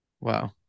Wow